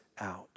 out